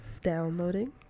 Downloading